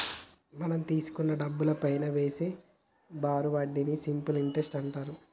మనం తీసుకున్న డబ్బుపైనా వేసే బారు వడ్డీని సింపుల్ ఇంటరెస్ట్ అంటారు